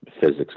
physics